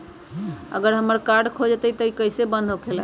अगर हमर कार्ड खो जाई त इ कईसे बंद होकेला?